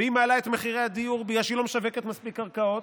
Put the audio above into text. והיא מעלה את מחירי הדיור בגלל שהיא לא משווקת מספיק קרקעות.